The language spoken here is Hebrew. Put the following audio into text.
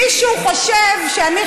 מישהו חושב שאני,